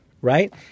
right